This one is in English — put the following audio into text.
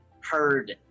heard